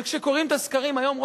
אבל כשקוראים את הסקרים היום,